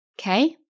Okay